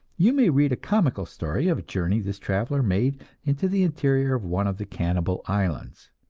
you may read a comical story of a journey this traveler made into the interior of one of the cannibal islands.